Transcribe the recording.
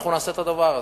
אנחנו נעשה את הדבר הזה.